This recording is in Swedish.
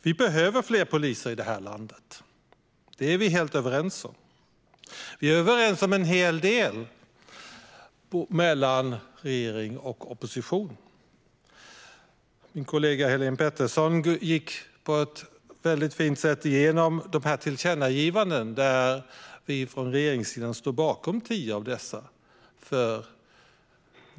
Det behövs fler poliser i det här landet, det är vi helt överens om. Regeringen och oppositionen är överens om en hel del. Min kollega Helene Petersson gick på ett bra sätt igenom alla tillkännagivanden där vi från regeringssidan står bakom tio av dessa.